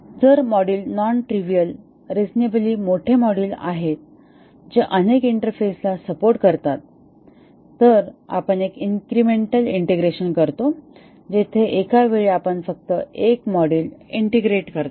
तर जर module non trivial reasonably मोठे मॉड्यूल आहेत जे अनेक इंटरफेसला सपोर्ट करतात तर आपण एक इनक्रेमेंटल इंटिग्रेशन करतो जेथे एका वेळी आपण फक्त एक मॉड्यूल इंटिग्रेट करतो